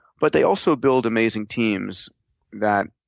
but they also build amazing teams that